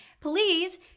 Please